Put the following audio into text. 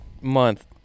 month